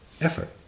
effort